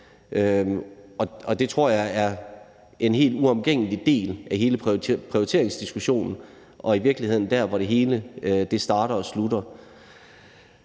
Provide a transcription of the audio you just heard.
Det tror jeg er en helt uomgængelig del af hele prioriteringsdiskussionen, og i virkeligheden er det der, hvor det hele starter og slutter.